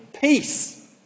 peace